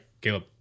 Caleb